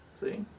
See